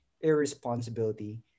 irresponsibility